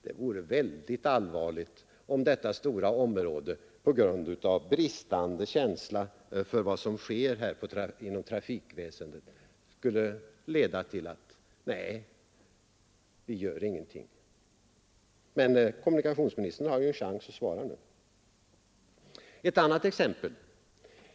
Det vore mycket allvarligt om regeringens bristande känsla för vad som sker på trafikområdet skulle leda till att man inte gör någonting. Men kommunikationsministern har en chans att svara nu. Ett annat exempel.